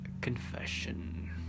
Confession